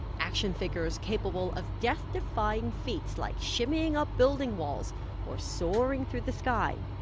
action figures capable of death defying feats like shimmying up building walls or soaring through the sky.